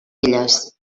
elles